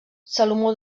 salomó